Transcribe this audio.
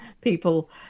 people